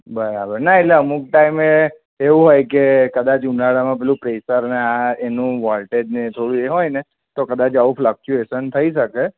બરાબર ના એટલે અમુક ટાઈમે એવું હોય કે કદાચ ઉનાળામાં પેલું પ્રેશરને આ પેલું વૉલ્ટેજને એ થોડું એ હોયને તો કદાચ આવું ફલકચ્યુએશન થઈ શકે